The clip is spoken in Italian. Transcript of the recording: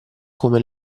come